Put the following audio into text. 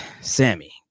Sammy